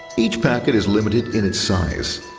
each packet is limited in its size.